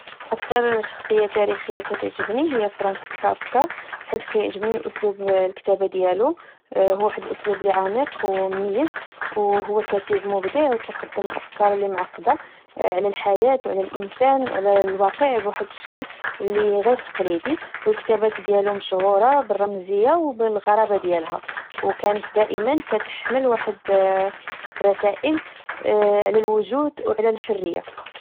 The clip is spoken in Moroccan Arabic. أكتر شخصية تاريخية كتعجبني هي فرانز كافكا، حيت كيعجبني أسلوب الكتابة ديالو، هو واحد الأسلوب لعميق وميز، وهو كاتِب مبدع وكقدم أفكار لمعقدة على الحياة، وعلى الإنسان، وعلى الواقع بواحد الشكل لغير تقليدي.و الكتابات ديالو مشهورة بالرمزية وبالغرابة ديالها، وكانت دائماً كتحمل واحد رسائل على الوجود والحرية.